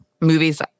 movies